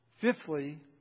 Fifthly